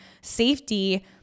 safety